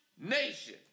nation